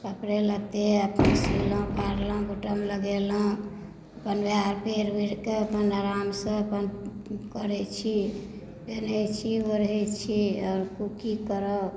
कपड़े लत्ते अपन सीलहुँ फाड़लहुँ बुटम लगेलहुँ अपन उएह पहिर ओढ़ि कऽ अपन आरामसँ अपन करैत छी पेन्हैत छी ओढ़ैत छी आओर की करब